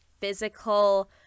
physical